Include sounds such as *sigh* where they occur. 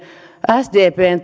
sdpn *unintelligible*